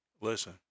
Listen